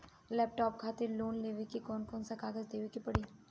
Laptop खातिर loan लेवे ला कौन कौन कागज देवे के पड़ी?